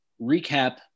recap